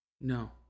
No